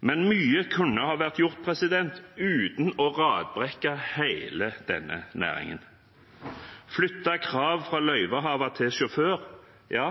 men mye kunne ha vært gjort uten å radbrekke hele denne næringen: Flytte krav fra løyvehaver til sjåfør, ja